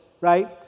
right